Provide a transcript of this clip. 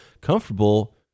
comfortable